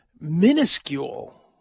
minuscule